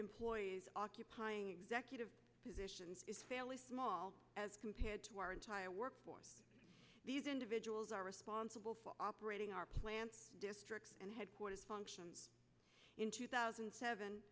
employees occupying executive positions is fairly small compared to our entire workforce these individuals are responsible for operating our plant district and headquarters function in two thousand and seven